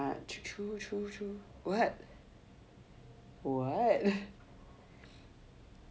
true true true what what